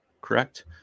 correct